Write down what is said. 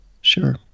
Sure